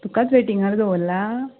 तुकाच वेटींगार दवरला